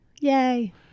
Yay